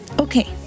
Okay